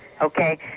okay